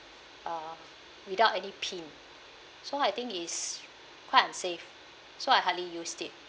uh without any pin so I think is quite unsafe so I hardly used it